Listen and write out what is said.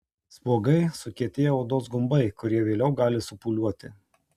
spuogai sukietėję odos gumbai kurie vėliau gali supūliuoti